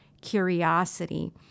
curiosity